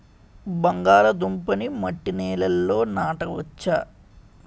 బంగాళదుంప నీ మట్టి నేలల్లో నాట వచ్చా?